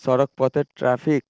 সড়কপথের traffic